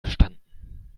verstanden